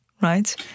right